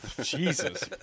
Jesus